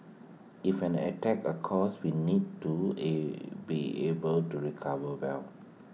if an attack occurs we need to IT be able to recover well